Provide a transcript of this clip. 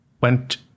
went